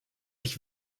ich